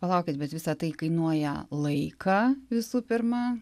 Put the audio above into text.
palaukit bet visa tai kainuoja laiką visų pirma